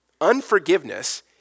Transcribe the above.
Unforgiveness